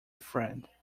friend